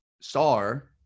star